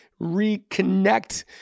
reconnect